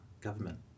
government